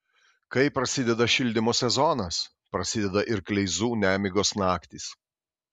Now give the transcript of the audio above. kai prasideda šildymo sezonas prasideda ir kleizų nemigos naktys